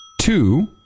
Two